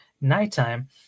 nighttime